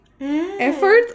effort